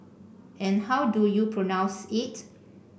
and how do you pronounce it